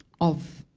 of